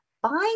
buying